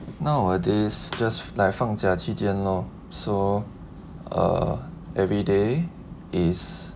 nowadays just like 放假期间 lor so err everyday is